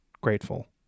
grateful